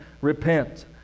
repent